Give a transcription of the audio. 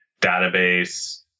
database